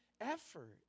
effort